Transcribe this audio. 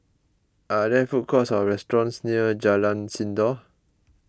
are there food courts or restaurants near Jalan Sindor